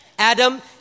Adam